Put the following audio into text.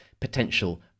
potential